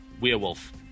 werewolf